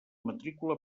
matrícula